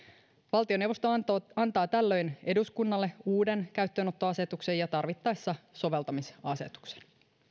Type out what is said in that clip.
valtioneuvosto antaa antaa tällöin eduskunnalle uuden käyttöönottoasetuksen ja tarvittaessa soveltamisasetuksen